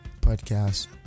podcast